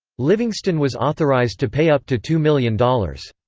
livingston was authorized to pay up to two million dollars.